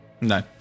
No